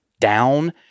down